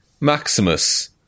maximus